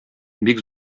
бик